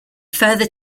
further